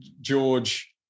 George